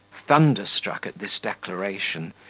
thunderstruck at this declaration,